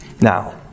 now